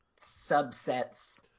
subsets